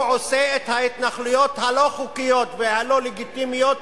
הוא עושה את ההתנחלויות הלא-חוקיות והלא-לגיטימיות